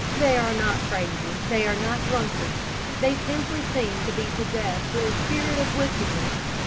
they are not crazy, they are not drunkards they simply seem to be possessed with a spirit of wickedness.